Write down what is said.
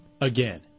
Again